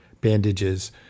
bandages